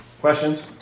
Questions